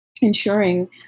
ensuring